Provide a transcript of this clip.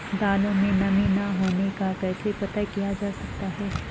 दालों में नमी न होने का कैसे पता किया जा सकता है?